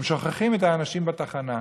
והם שוכחים את האנשים בתחנה.